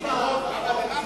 היום זה יום איכות הסביבה.